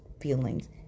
feelings